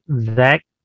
Zach